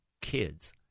kids